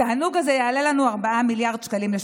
התענוג הזה יעלה לנו 4 מיליארד שקלים לפחות.